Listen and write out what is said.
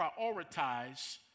prioritize